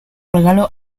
regalo